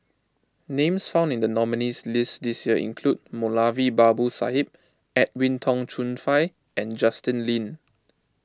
names found in the nominees list this year include Moulavi Babu Sahib Edwin Tong Chun Fai and Justin Lean